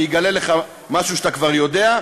אני אגלה לך משהו שאתה כבר יודע: